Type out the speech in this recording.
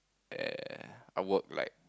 eh I work like